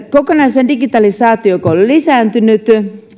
kun digitalisaatio on kokonaisuudessaan lisääntynyt